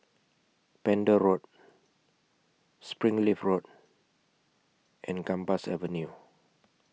Pender Road Springleaf Road and Gambas Avenue